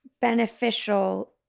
beneficial